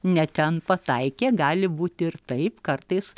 ne ten pataikė gali būti ir taip kartais